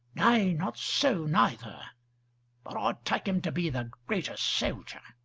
nay, not so neither but i take him to be the greater soldier.